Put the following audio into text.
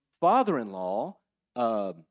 father-in-law